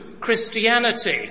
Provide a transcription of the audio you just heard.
Christianity